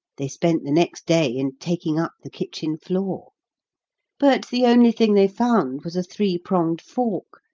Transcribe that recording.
they spent the next day in taking up the kitchen floor but the only thing they found was a three-pronged fork,